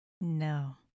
No